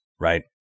right